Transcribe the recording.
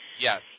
Yes